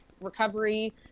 recovery